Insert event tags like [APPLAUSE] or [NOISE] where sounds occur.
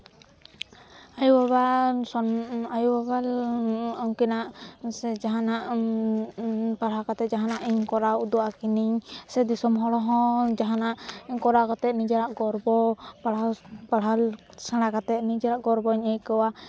ᱟᱭᱳᱼᱵᱟᱵᱟ [UNINTELLIGIBLE] ᱟᱭᱳᱼᱵᱟᱵᱟ ᱩᱱᱠᱤᱱᱟᱜ ᱥᱮ ᱡᱟᱦᱟᱱᱟᱜ ᱯᱟᱲᱦᱟᱣ ᱠᱟᱛᱮ ᱡᱟᱦᱟᱱᱟᱜ ᱤᱧ ᱠᱚᱨᱟᱣ ᱩᱫᱩᱜ ᱟᱠᱤᱱᱤᱧ ᱥᱮ ᱫᱤᱥᱚᱢ ᱦᱚᱲ ᱦᱚᱸ ᱡᱟᱦᱟᱱᱟᱜ ᱠᱚᱨᱟᱣ ᱠᱟᱛᱮ ᱱᱤᱡᱮᱨᱟᱜ ᱜᱚᱨᱵᱚ ᱯᱟᱲᱦᱟᱣ ᱥᱮᱬᱟ ᱠᱟᱛᱮ ᱱᱤᱡᱮᱨᱟᱜ ᱜᱚᱨᱵᱚᱧ ᱟᱹᱭᱠᱟᱹᱣᱟ